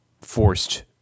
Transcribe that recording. forced